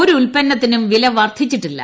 ഒരു ഉല്പന്നത്തിനും വില വർദ്ധിച്ചിട്ടില്ല